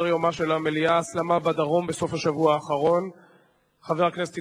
ההצעה להעביר את הצעת חוק העונשין (תיקון,